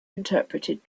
interpreted